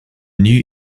new